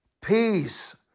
peace